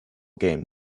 game